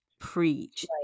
preach